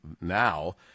now